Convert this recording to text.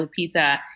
Lupita